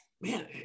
Man